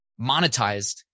monetized